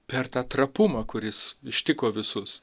per tą trapumą kuris ištiko visus